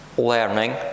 learning